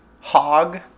hog